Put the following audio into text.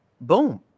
boom